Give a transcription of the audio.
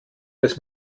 des